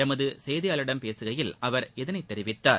எமது செய்தியாளரிடம் பேசுகையில் அவர் இதனைத் தெரிவித்தார்